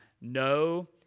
no